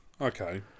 Okay